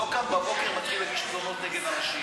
לא קם בבוקר מתחיל להגיש תלונות נגד אנשים.